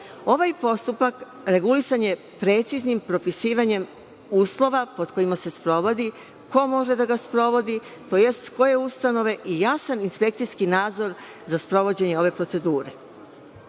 Ovaj postupak regulisan je preciznim propisivanjem uslova pod kojima se sprovodi ko može da ga sprovodi, tj. koje ustanove i jasan inspekcijski nadzor za sprovođenje ove procedure. Zbog